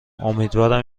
امیدوارم